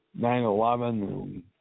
9-11